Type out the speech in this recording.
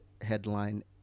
headline